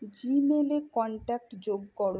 জিমেলে contact যোগ করো